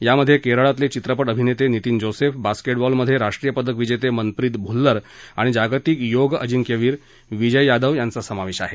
यामध्ये केरळातले चित्रपट अभिनेते नितीन जोसेफ बास्केटबॉल मध्ये राष्ट्रीय पदक विजेते मनप्रीत भुल्लर आणि जागतिक योग अजिंक्यवीर विजय यादव यांचा समावेश आहे